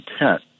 intent